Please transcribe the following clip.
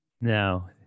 Now